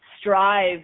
strive